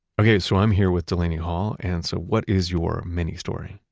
okay. so i'm here with delaney hall and so what is your mini-story?